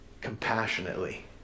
Compassionately